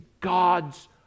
God's